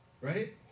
Right